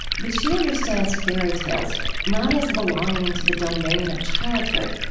but she understands fairy tales not as belonging to the domain of childhood,